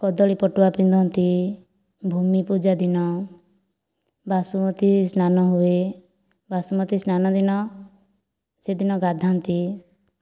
କଦଳୀ ପଟୁଆ ପିନ୍ଧନ୍ତି ଭୂମି ପୂଜା ଦିନ ବାସୁମତୀ ସ୍ନାନ ହୁଏ ବାସୁମତୀ ସ୍ନାନ ଦିନ ସେଦିନ ଗାଧାନ୍ତି